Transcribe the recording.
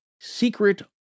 secret